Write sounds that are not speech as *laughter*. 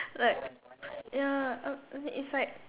like *noise* ya uh I mean it's like